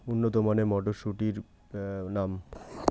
উন্নত মানের মটর মটরশুটির নাম?